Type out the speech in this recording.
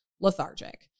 lethargic